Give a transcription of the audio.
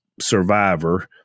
survivor